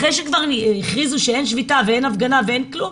אחרי שכבר הכריזו שאין שביתה ואין הפגנה ואין כלום,